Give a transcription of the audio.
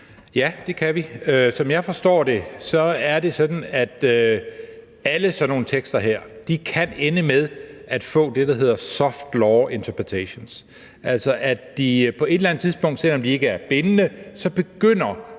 Ja, det kan vi. Som jeg forstår det, er det sådan, at alle sådan nogle tekster her kan ende med at få det, der hedder soft law interpretations, altså at selv om de ikke er bindende, begynder